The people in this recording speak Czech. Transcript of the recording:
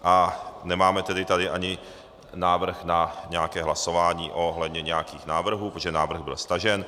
A nemáme tady ani návrh na nějaké hlasování ohledně nějakých návrhů, protože návrh byl stažen.